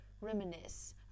reminisce